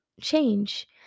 change